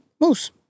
Moose